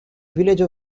village